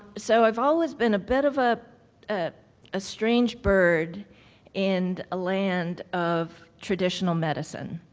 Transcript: so, i've always been a bit of ah ah a strange bird in a land of traditional medicine,